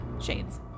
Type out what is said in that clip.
Shades